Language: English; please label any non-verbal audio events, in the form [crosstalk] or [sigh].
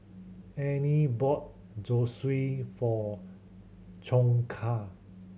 Anie bought Zosui for [unintelligible]